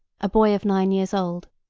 a boy of nine years old.